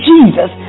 Jesus